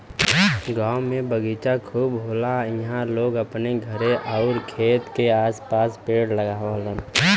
गांव में बगीचा खूब होला इहां लोग अपने घरे आउर खेत के आस पास पेड़ लगावलन